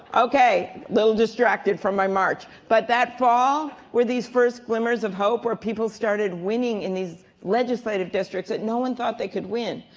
okay little distracted from my march, but that fall, were these first glimmers of hope where people started winning in these legislative districts that no one thought they could win.